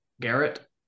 Garrett